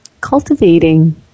cultivating